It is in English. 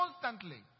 constantly